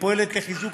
ופועלת לחיזוק